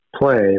play